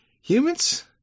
Humans